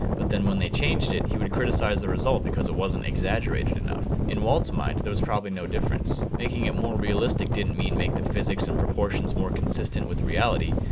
but then when they changed it he would criticize the result because it wasn't exaggerated enough. in walt's mind, there was probably no difference making it more realistic didn't mean make the physics and proportions more consistent with reality.